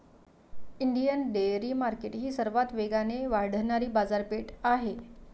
Indian dairy market ही सर्वात वेगाने वाढणारी बाजारपेठ आहे